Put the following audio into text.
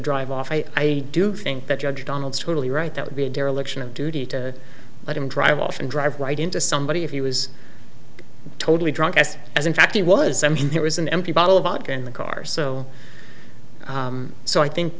drive off i do think that judge donald's totally right that would be a dereliction of duty to let him drive off and drive right into somebody if he was totally drunk as as in fact he was i mean there was an empty bottle of vodka in the car so so i think